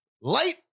Light